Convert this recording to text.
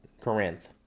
Corinth